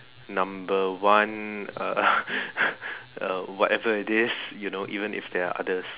number one uh uh whatever it is you know even if there are others